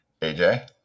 AJ